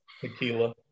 tequila